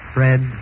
Fred